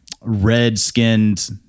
red-skinned